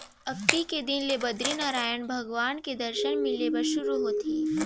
अक्ती के दिन ले बदरीनरायन भगवान के दरसन मिले बर सुरू होथे